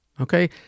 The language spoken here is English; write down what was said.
Okay